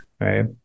right